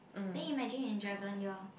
then imagine in dragon year